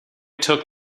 took